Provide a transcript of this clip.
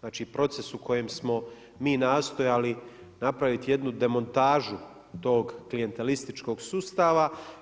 znači proces u kojem smo mi nastojali napraviti jednu demontažu tog klijentelističkog sustava.